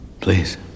please